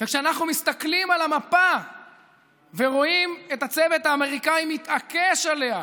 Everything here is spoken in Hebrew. כשאנחנו מסתכלים על המפה ורואים את הצוות האמריקאי מתעקש עליה,